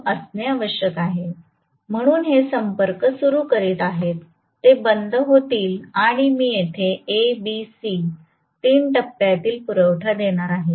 दोन असणे आवश्यक आहे म्हणून हे संपर्क सुरू करीत आहेत ते बंद होतील आणि मी येथे A B C तीन टप्प्यातील पुरवठा देणार आहे